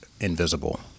invisible